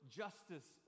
justice